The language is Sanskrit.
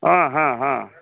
आ हा हा